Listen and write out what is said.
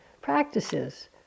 practices